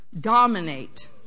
dominate